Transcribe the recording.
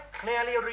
clearly